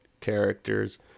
characters